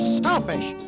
selfish